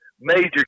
Major